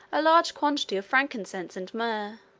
a large quantity of frankincense and myrrh.